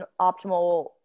optimal